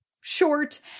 short